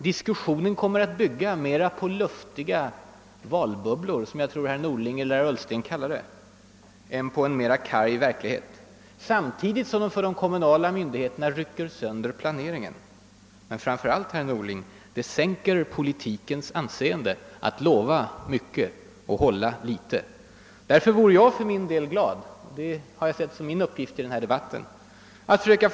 Diskussionen kommer att bygga mera på »luftiga valbubblor», som jag tror att herr Norling och herr Ullsten kallade dem, än på en mera karg verklighet. Samtidigt rycks planeringen sönder för de kommunala myndigheterna. Men framför allt, herr Norling, sänker man politikens anseende genom att lova mycket och hålla litet. Därför vore jag glad om jag kunde få ett besked av herr Norling i den fråga som jag sett som min huvuduppgift i den här debatten att belysa.